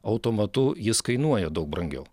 automatu jis kainuoja daug brangiau